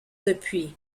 depuis